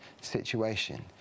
situation